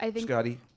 Scotty